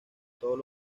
todos